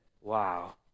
wow